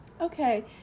Okay